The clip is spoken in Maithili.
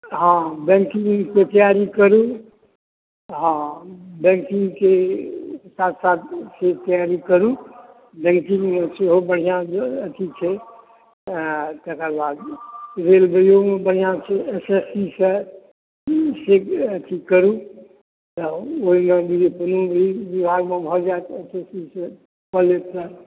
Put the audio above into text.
हॅं बैंकिंगके तैयारी करु हॅं बैंकिंगके साथ साथ आरो करु बैंकिंगमे अथी होउ बढ़िऑं अथी छै तकर बाद रेलवेयोमे बढ़िऑं सँ ई करु ओहिमे बुझू जे कोनो भी विभागमे भऽ जायत अथी सभ कऽ लेब ऽ